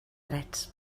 drets